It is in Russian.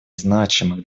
значимых